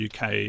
UK